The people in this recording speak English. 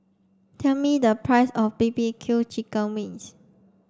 tell me the price of B B Q chicken wings